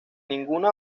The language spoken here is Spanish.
ninguna